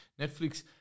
Netflix